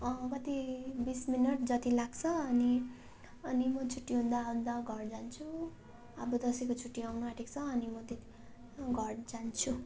अँ कति बिस मिनट जति लाग्छ अनि अनि म छुट्टी हुँदा हुँदा घर जान्छु अब दसैँको छुट्टी आउन आँटेको छ म त्यति बेला घर जान्छु